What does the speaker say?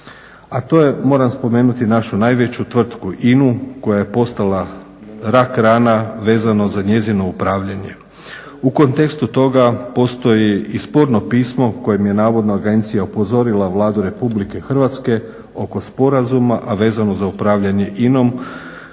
a to je moram spomenuti našu najveću tvrtku INA-u koja je postala rak-rana vezano za njezino upravljanje. U kontekstu toga postoji i sporno pismo kojim je navodno agencija upozorila Vladu RH oko sporazuma, a vezano za upravljanje INA-om